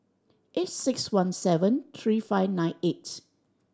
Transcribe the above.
eight six one seven three five nine eight